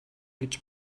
гэж